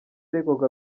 yaregwaga